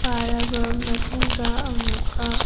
ꯄꯥꯔꯕ ꯃꯇꯨꯡꯗ ꯑꯃꯨꯛꯀ